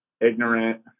ignorant